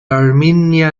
armenia